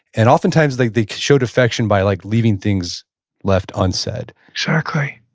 and oftentimes they they showed affection by like leaving things left unsaid exactly.